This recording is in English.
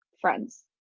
friends